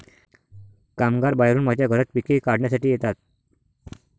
कामगार बाहेरून माझ्या घरात पिके काढण्यासाठी येतात